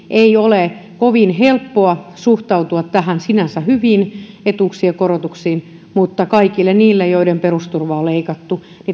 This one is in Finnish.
ei ole kovin helppoa suhtautua näihin sinänsä hyviin etuuksien korotuksiin koska kaikille niille joiden perusturvaa on leikattu